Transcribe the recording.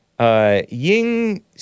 Ying